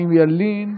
חיים ילין.